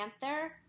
Panther